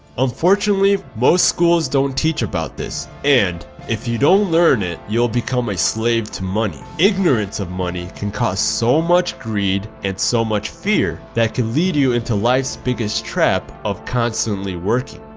unfortunately most schools don't teach about this and if you don't learn it, you'll become a slave to money. ignorance of money can cause so much greed and so much fear that can lead you into life's biggest trap of constantly working.